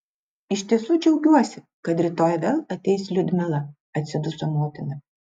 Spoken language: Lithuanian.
iš tiesų džiaugiuosi kad rytoj vėl ateis liudmila atsiduso motina